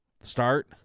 start –